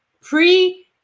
pre